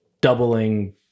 doubling